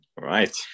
Right